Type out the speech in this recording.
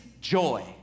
joy